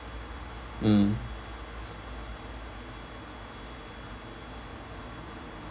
mm